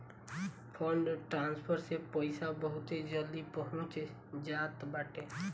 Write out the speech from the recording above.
fund transfer से पईसा बहुते जल्दी पहुंच जात बाटे